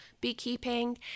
beekeeping